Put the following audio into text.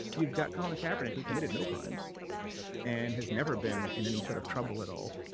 you've got colin kaepernick, who committed no crimes and has never been in any sort of trouble at all,